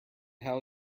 hell